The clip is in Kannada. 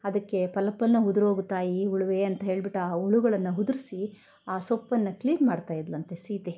ಅದಕ್ಕೆ ಪಲ ಪಲ್ನ ಉದ್ರೋಗು ತಾಯಿ ಹುಳುವೇ ಅಂತ ಹೇಳ್ಬಿಟ್ಟು ಆ ಹುಳುಗಳನ್ನು ಉದ್ರುಸಿ ಆ ಸೊಪ್ಪನ್ನು ಕ್ಲೀನ್ ಮಾಡ್ತಾಯಿದ್ಲಂತೆ ಸೀತೆ